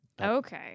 Okay